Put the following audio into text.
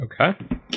Okay